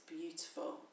beautiful